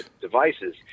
devices